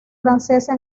francesa